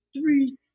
three